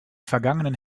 vergangenen